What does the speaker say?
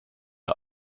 are